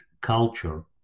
culture